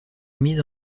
mise